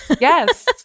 Yes